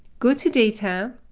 go to data,